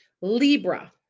Libra